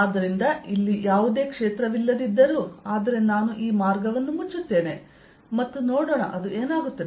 ಆದ್ದರಿಂದ ಇಲ್ಲಿ ಯಾವುದೇ ಕ್ಷೇತ್ರವಿಲ್ಲದಿದ್ದರೂ ಆದರೆ ನಾನು ಈ ಮಾರ್ಗವನ್ನು ಮುಚ್ಚುತ್ತೇನೆ ಮತ್ತು ನೋಡೋಣ ಅದು ಏನಾಗುತ್ತದೆ